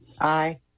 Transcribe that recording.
Aye